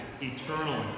eternally